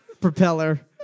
propeller